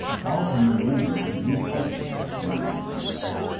how a murrain can we fight you? the major blurted out.